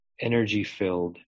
energy-filled